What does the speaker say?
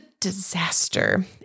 disaster